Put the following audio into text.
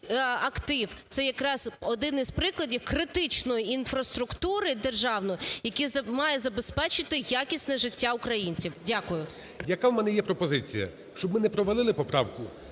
це якраз один із прикладів критичної інфраструктури державної, який має забезпечити якісне життя українців. Дякую. ГОЛОВУЮЧИЙ. Яка у мене є пропозиція: щоб ми не провалили поправку,